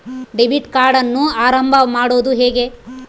Debit ಕಾರ್ಡನ್ನು ಆರಂಭ ಮಾಡೋದು ಹೇಗೆ?